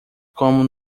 como